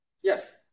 Yes